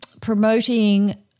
promoting